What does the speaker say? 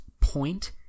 point